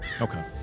Okay